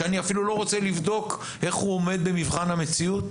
ואני אפילו לא רוצה לבדוק איך הוא עומד במבחן המציאות?